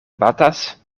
batas